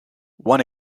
one